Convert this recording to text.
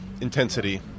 intensity